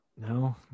No